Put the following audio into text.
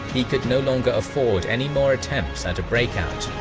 he could no longer afford any more attempts at a breakout.